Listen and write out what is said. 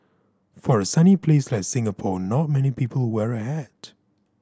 for a sunny place like Singapore not many people wear a hat